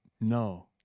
No